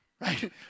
right